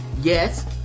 Yes